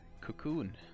Cocoon